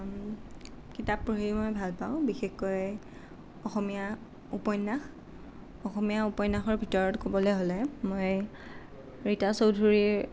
কিতাপ পঢ়ি মই ভাল পাওঁ বিশেষকৈ অসমীয়া উপন্যাস অসমীয়া উপন্যাসৰ ভিতৰত ক'বলৈ হ'লে মই ৰীতা চৌধুৰীৰ